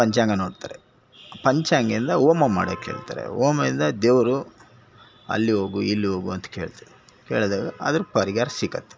ಪಂಚಾಂಗ ನೋಡ್ತಾರೆ ಪಂಚಾಂಗದಿಂದ ಹೋಮ ಮಾಡಕ್ಕೆ ಹೇಳ್ತಾರೆ ಹೋಮದಿಂದ ದೇವರು ಅಲ್ಲಿ ಹೋಗು ಇಲ್ಲಿ ಹೋಗು ಅಂತ ಕೇಳ್ತಾರೆ ಕೇಳಿದಾಗ ಅದರ ಪರಿಹಾರ ಸಿಗತ್ತೆ